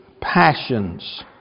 passions